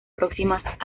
próximas